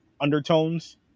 undertones